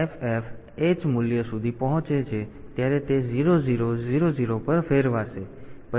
તેથી જ્યારે તે FFFFH મૂલ્ય સુધી પહોંચે છે ત્યારે તે 0000 પર ફેરવાશે અને પછી TF0 બીટ વધારવામાં આવશે